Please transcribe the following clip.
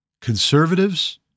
Conservatives